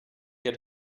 had